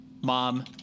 mom